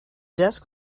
desk